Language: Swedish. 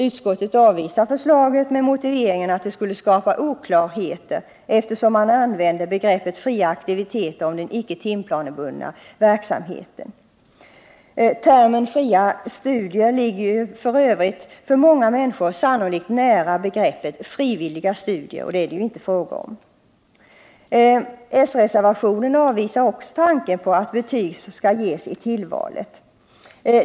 Utskottet avvisar förslaget med motiveringen att det skulle skapa oklarheter, eftersom man använde begreppet fria aktiviteter om den icke timplansbundna verksamheten. Termen fria studier ligger f. ö. för många människor sannolikt nära begreppet frivilliga studier, och detta är det ju inte fråga om. S-reservationen avvisar också tanken på att betyg skall ges i tillvalet.